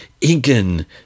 Incan